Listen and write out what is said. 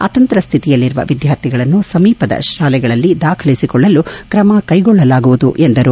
ಅತಂತ್ರ ಸ್ಥಿತಿಯಲ್ಲಿರುವ ವಿದ್ಯಾರ್ಥಿಗಳನ್ನು ಸಮೀಪದ ಶಾಲೆಗಳಲ್ಲಿ ದಾಖಲಿಸಿಕೊಳ್ಳಲು ಕ್ರಮ ಕೈಗೊಳ್ಳಲಾಗುವುದು ಎಂದರು